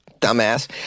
Dumbass